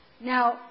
Now